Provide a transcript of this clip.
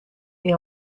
est